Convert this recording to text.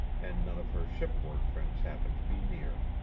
and none of her shipboard friends happened to be near.